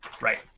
Right